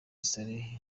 saleh